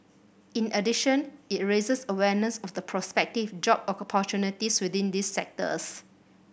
in addition it raises awareness of the prospective job opportunities within these sectors